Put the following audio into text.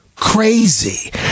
Crazy